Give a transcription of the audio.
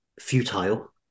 futile